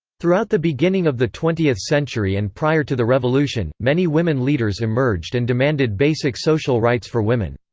throughout the beginning of the twentieth century and prior to the revolution, many women leaders emerged and demanded basic social rights for women.